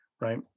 Right